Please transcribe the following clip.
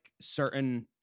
certain